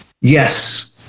yes